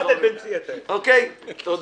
תודה.